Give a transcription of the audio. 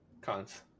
cons